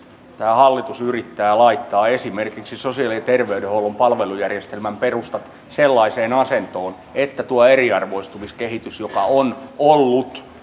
tämä hallitus yrittää laittaa esimerkiksi sosiaali ja terveydenhuollon palvelujärjestelmän perustat sellaiseen asentoon että kun tuo eriarvoistumiskehitys on ollut